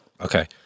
Okay